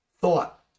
thought